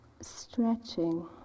Stretching